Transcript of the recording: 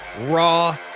raw